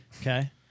okay